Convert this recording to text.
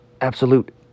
absolute